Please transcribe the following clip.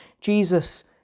Jesus